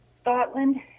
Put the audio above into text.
Scotland